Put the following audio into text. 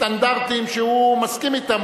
סטנדרטים שהוא מסכים אתם.